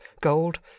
gold